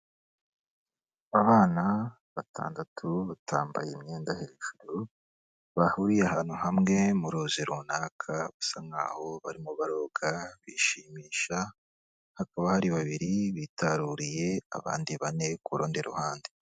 Abana batandatu batambaye imyenda hejuru, bahuriye ahantu hamwe mu ruzi runaka basa nkaho barimo baroga bishimisha, hakaba hari babiri bitaruriye abandi bane ku rundi ruhande.